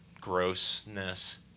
grossness